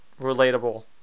relatable